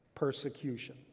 Persecution